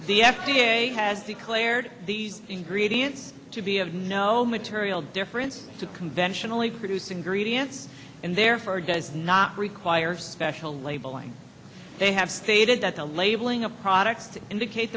the f d a has declared these ingredients to be of no material difference to conventionally producing greedy ants and therefore does not require special labeling they have stated that the labeling of products to indicate